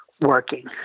working